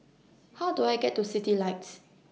How Do I get to Citylights